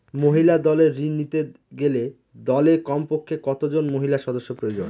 মহিলা দলের ঋণ নিতে গেলে দলে কমপক্ষে কত জন মহিলা সদস্য প্রয়োজন?